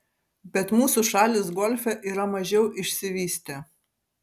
bet mūsų šalys golfe yra mažiau išsivystę